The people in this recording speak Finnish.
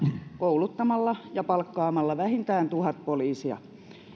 kouluttamalla ja palkkaamalla vähintään tuhat poliisia